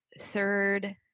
third